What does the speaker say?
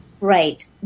Right